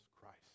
Christ